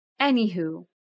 Anywho